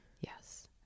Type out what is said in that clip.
Yes